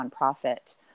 nonprofit